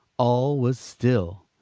all was still.